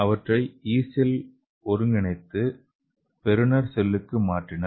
அவற்றை ஈஸ்டில் ஒருங்கிணைத்து பெறுநர் செல்லுக்கு மாற்றினர்